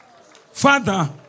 Father